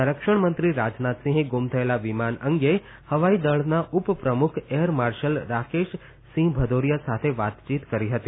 સંરક્ષણ મંત્રી રાજનાથસિંહે ગુમ થયેલા વિમાન અંગે હવાઇદળના ઉપપ્રમુખ એયર માર્શલ રાકેશ સિંહ ભદોરિયા સાથે વાતચીત કરી હતી